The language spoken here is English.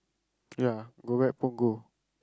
ya go back Punggol